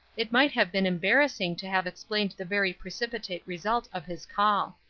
it might have been embarrassing to have explained the very precipitate result of his call.